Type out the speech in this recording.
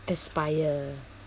aspire